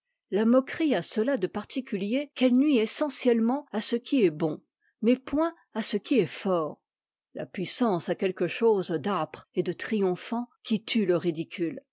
la moquerie a cela de particulier qu'elle nuit essentiellement à ce qui est bon mais point à ce qui est fort la puissance a quelque chose d'âpre et de triomphant qui tue le ridicule